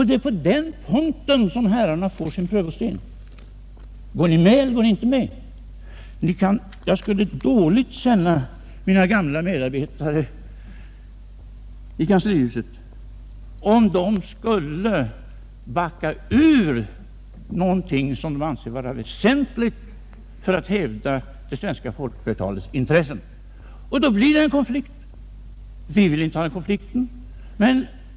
Det är på den punkten som herrarna får sin prövosten. Går ni med eller går ni inte med? Jag skulle dåligt känna mina gamla medarbetare i Kanslihuset om de skulle backa ur någonting som de anser vara väsentligt för att hävda det svenska folkflertalets intressen. Då blir det en konflikt. Vill ni ha en sådan?